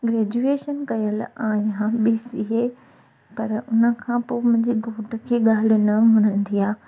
graduation कयलु आहियां BCA पर उनखां पोइ मुंहिंजे घोट खे ॻाल्हि न वणंदी आहे